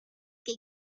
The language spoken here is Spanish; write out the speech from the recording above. que